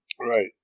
Right